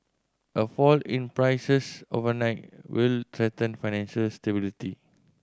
a fall in prices overnight will threaten financial stability